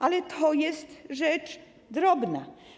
Ale to jest rzecz drobna.